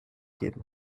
geben